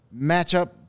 matchup